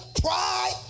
pride